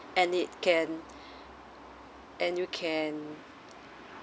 and it can and you can